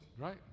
right